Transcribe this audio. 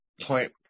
point